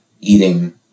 eating